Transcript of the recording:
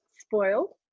spoiled